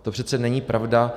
To přece není pravda.